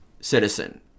citizen